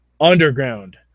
Underground